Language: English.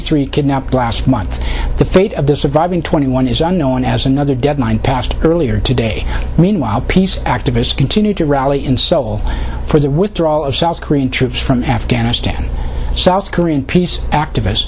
three kidnapped last month the fate of the surviving twenty one is unknown as another deadline passed earlier today meanwhile peace activists continue to rally in seoul for the withdrawal of south korean troops from afghanistan south korean peace activists